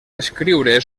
escriure